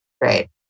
Right